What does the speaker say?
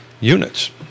units